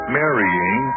marrying